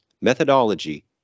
methodology